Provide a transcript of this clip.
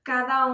Cada